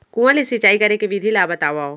कुआं ले सिंचाई करे के विधि ला बतावव?